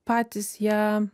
patys ją